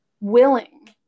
willing